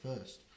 first